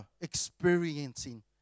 experiencing